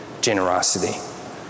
generosity